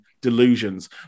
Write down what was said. delusions